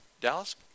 Dallas